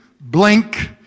Blink